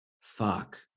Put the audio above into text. fuck